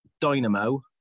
Dynamo